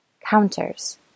counters